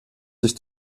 sich